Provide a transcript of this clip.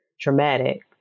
traumatic